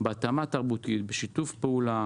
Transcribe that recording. בהתאמה תרבותית ובשיתוף פעולה